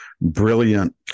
brilliant